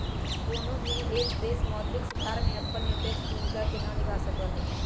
कौनो भी एक देश मौद्रिक सुधार में अपन निरपेक्ष भूमिका के ना निभा सका हई